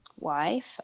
wife